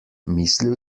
mislil